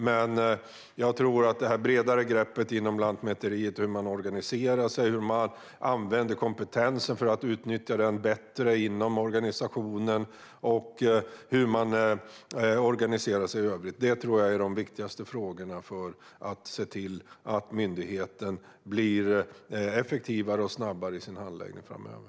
Men jag tror att det här bredare greppet inom Lantmäteriet och hur man organiserar sig, alltså hur man använder kompetensen för att utnyttja den bättre inom organisationen och hur man organiserar sig i övrigt är de viktigaste frågorna för att se till att myndigheten blir effektivare och snabbare i sin handläggning framöver.